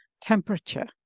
temperature